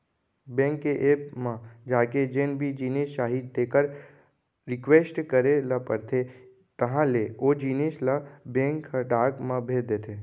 bank के app म जाके जेन भी जिनिस चाही तेकर रिक्वेस्ट करे ल परथे तहॉं ले ओ जिनिस ल बेंक ह डाक म भेज देथे